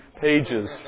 pages